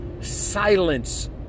silence